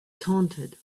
taunted